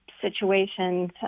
situations